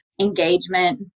engagement